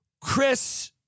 Chris